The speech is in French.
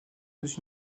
aux